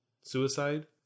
suicide